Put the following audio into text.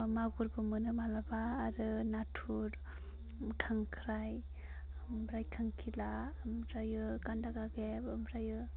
मागुरबो मोनो मालाबा आरो नाथुर खांख्राइ ओमफ्राय खांखिला ओमफ्राय गान्दागागेब ओमफ्राइयो